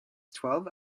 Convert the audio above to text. twelve